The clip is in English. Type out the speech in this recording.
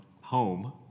home